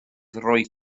roedd